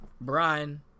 Brian